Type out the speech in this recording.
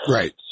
Right